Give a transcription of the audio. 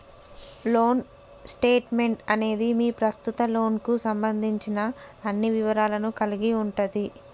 loan statement అనేది మీ ప్రస్తుత లోన్కు సంబంధించిన అన్ని వివరాలను కలిగి ఉంటది